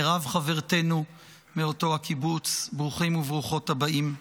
מירב חברתנו מאותו הקיבוץ, ברוכים וברוכות הבאים.